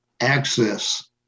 access